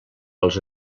als